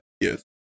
yes